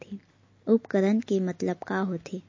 उपकरण के मतलब का होथे?